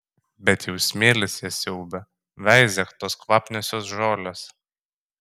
bet jau smėlis jas siaubia veizėk tos kvapniosios žolės